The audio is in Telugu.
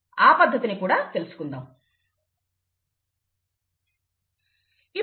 ఆ పద్ధతిని కూడా తెలుసుకుందాము